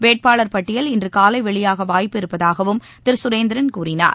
வேட்பாளர் பட்டியல் இன்று காலை வெளியாக வாய்ப்பு இருப்பதாகவும் திரு சுரேந்திரன் கூறினார்